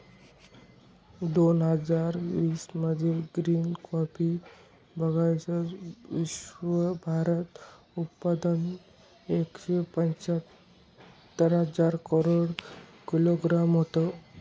दोन हजार वीस मध्ये ग्रीन कॉफी बीयांचं विश्वभरात उत्पादन एकशे पंच्याहत्तर करोड किलोग्रॅम होतं